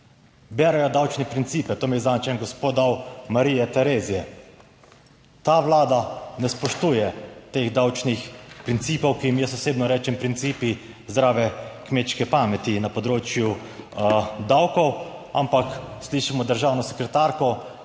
berejo davčne principe, to mi je zadnjič en gospod dal, Marije Terezije. Ta Vlada ne spoštuje teh davčnih principov, ki jim jaz osebno rečem principi zdrave kmečke pameti na področju davkov. Ampak slišimo državno sekretarko,